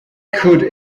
could